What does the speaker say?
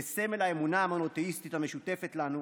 לסמל האמונה המונותיאיסטית המשותפת לנו.